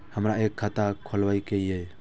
हमरा एक खाता खोलाबई के ये?